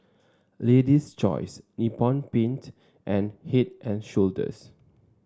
Lady's Choice Nippon Paint and Head And Shoulders